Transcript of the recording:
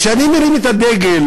כשאני מרים את הדגל,